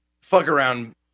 fuck-around